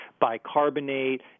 bicarbonate